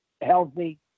healthy